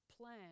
plan